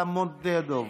לעמוד לידו?